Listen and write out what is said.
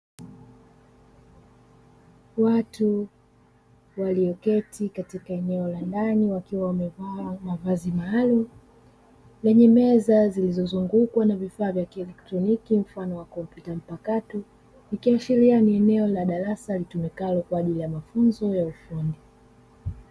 Watu walioketi katika eneo la ndani wakiwa wamevaa mavazi maalumu lenye meza zilizozungukwa na vifaa vya kielektroniki mfano wa kompyuta mpakato, ikiashiria ni eneo la darasa litumikalo kwa ajili ya mafunzo ya ufundi.